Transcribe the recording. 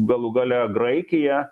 galų gale graikija